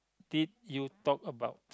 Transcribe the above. did you talk about